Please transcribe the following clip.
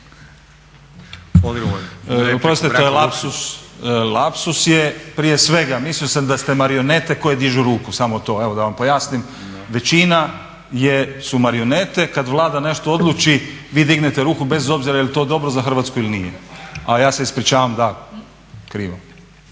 razumije zbog najave./ … lapsus je prije svega. Mislio sam da ste marionete koje dižu ruku, samo to evo da vam pojasnim. Većina su marionete kada Vlada nešto odluči vi dignete ruku bez obzira jeli to dobro za Hrvatsku ili nije. A ja se ispričavam, da, krivo.